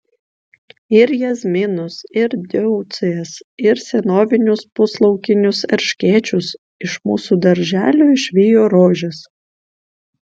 ir jazminus ir deucijas ir senovinius puslaukinius erškėčius iš mūsų darželių išvijo rožės